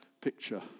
picture